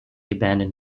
abandoned